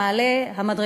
בעלי ההון.